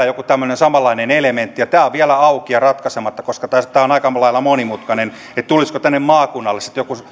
joku tämmöinen samanlainen elementti tämä on vielä auki ja ratkaisematta koska tämä on aika lailla monimutkaista tulisiko maakunnalle